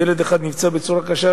ילד אחד נפצע קשה,